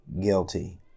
guilty